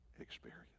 experience